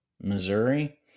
Missouri